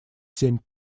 семь